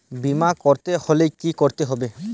বিমা করতে হলে কি করতে হবে?